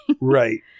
Right